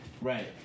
Right